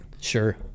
sure